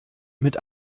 mit